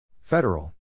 Federal